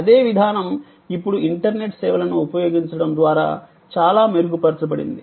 అదే విధానం ఇప్పుడు ఇంటర్నెట్ సేవలను ఉపయోగించడం ద్వారా చాలా మెరుగుపరచబడింది